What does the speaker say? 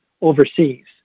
overseas